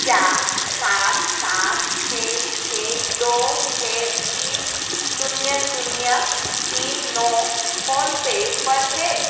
क्या सात सात छ छ दो छ तीन शून्य शून्य तीन नौ फ़ोन पे पर है